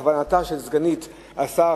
בהכוונתה של סגנית השר,